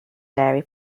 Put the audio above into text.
diary